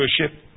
worship